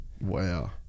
wow